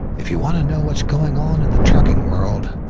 if you want to know what's going on in the trucking world,